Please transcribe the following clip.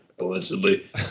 allegedly